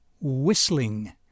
whistling